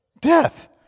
Death